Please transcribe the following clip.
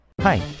Hi